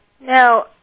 Now